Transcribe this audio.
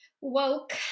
woke